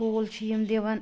ٹھوٗل چھِ یِم دِوان